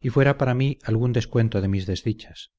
y fuera para mí algún descuento de mis desdichas